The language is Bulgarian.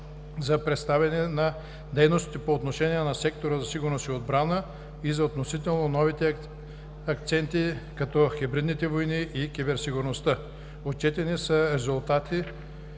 за представяне на дейностите по отношение на сектора за сигурност и отбрана и за относително новите акценти като „хибридните войни“ и киберсигурността. Отчетени са резултати